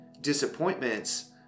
disappointments